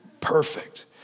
perfect